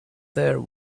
there